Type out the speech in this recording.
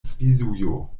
svisujo